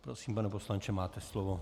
Prosím, pane poslanče, máte slovo.